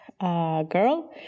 girl